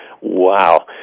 Wow